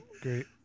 Great